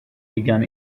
began